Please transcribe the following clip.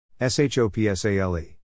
s-h-o-p-s-a-l-e